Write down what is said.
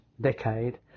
decade